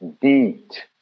beat